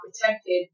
protected